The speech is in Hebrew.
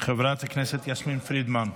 חברת הכנסת יסמין פרידמן,